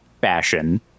fashion